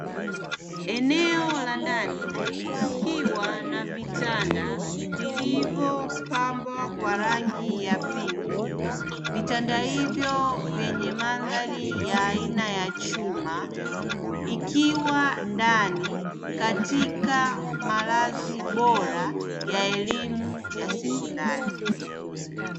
Eneo la ndani kukiwa na vitanda vilivyopambwa kwa rangi ya pinki. Vitanda hivyo vyenye mandhari aina ya chuma ikiwa ndani katika malazi bora ya elimu ya sekondari.